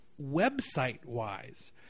website-wise